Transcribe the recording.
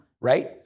right